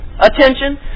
attention